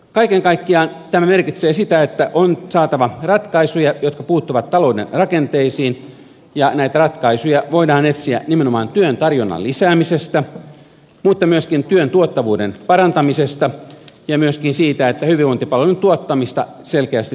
kaiken kaikkiaan tämä merkitsee sitä että on saatava ratkaisuja jotka puuttuvat talouden rakenteisiin ja näitä ratkaisuja voidaan etsiä nimenomaan työn tarjonnan lisäämisestä mutta myöskin työn tuottavuuden parantamisesta ja myöskin siitä että hyvinvointipalvelujen tuottamista selkeästi tehostetaan